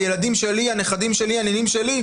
הילדים והנכדים שלי,